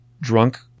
drunk